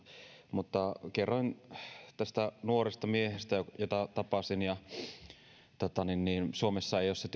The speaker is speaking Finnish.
mutta kerroin tästä nuoresta miehestä jota tapasin suomessa ei ole se